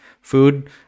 food